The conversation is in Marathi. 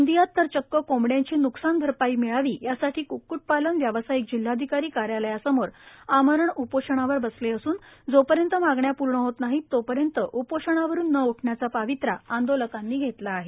गोंदियात तर चक्क कोंबड्याची न्कसान भरपाई मिळावी यासाठी क्क्टपालन व्यावसायिक जिल्हाधिकारी काग्रालयासमोर आमरण उपोषणावर बसले असून जोपर्यंत मागण्या पूर्ण होत नाही तोपर्यंत उपोषणावरून न उठण्याचा पवित्रा आंदोलकांनी घेतला आहे